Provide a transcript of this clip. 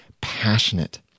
passionate